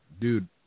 Dude